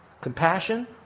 compassion